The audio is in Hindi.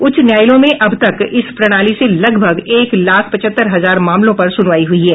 उच्च न्यायालयों में अब तक इस प्रणाली से लगभग एक लाख पचहत्तर हजार मामलों पर सुनवाई हई है